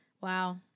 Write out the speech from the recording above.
wow